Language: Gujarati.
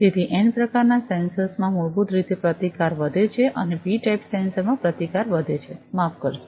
તેથી એન પ્રકારનાં સેન્સર્સમાં મૂળભૂત રીતે પ્રતિકાર વધે છે અને પી ટાઇપ સેન્સર માં પ્રતિકાર વધે છે માફ કરશો